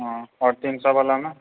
हँ आओर तीन सए वलामे